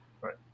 Right